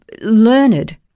learned